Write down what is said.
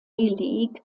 league